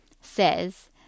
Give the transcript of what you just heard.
says